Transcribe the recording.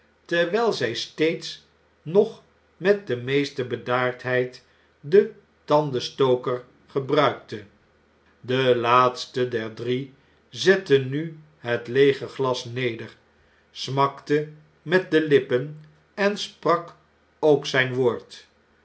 terwjjl zjj steeds nog met de meeste bedaardheid den tandenstoker gebruikte de laatste der drie zette nu het leege glas neder smakte met de lippen en sprak ook zjjii woord